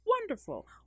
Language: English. wonderful